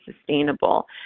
sustainable